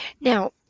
Now